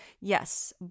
Yes